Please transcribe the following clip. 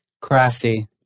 crafty